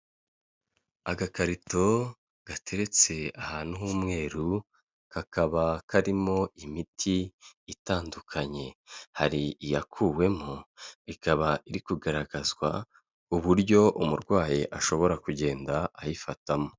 Agakarito gateretse ahantu h'umweru, kakaba karimo imiti itandukanye, hari iyakuwemo ikaba iri kugaragazwa uburyo umurwayi ashobora kugenda ayifatamo.